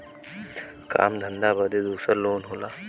काम धंधा बदे दूसर लोन होला